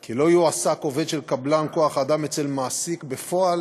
כי לא יועסק עובד של קבלן כוח אדם אצל מעסיק בפועל